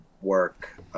work –